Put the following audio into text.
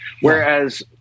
Whereas